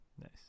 Nice